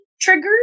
triggers